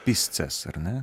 pisces ar ne